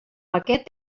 aquest